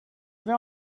vais